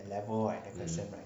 mm